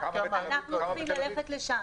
אנחנו צריכים ללכת לשם.